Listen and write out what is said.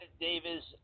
Davis